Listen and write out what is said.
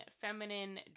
feminine